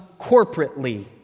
corporately